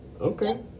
okay